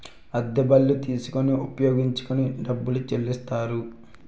అద్దె బళ్ళు తీసుకొని ఉపయోగించుకొని డబ్బులు చెల్లిస్తారు